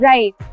Right